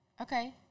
Okay